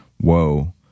whoa